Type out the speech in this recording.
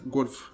golf